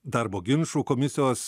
darbo ginčų komisijos